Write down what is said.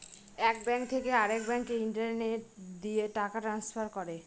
এক ব্যাঙ্ক থেকে আরেক ব্যাঙ্কে ইন্টারনেট দিয়ে টাকা ট্রান্সফার করে